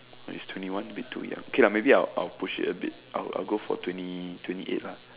is twenty one a bit too young okay lah maybe I'll I'll push it a bit I'll I'll go for twenty twenty eight lah